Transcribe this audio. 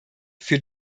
für